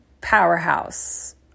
powerhouse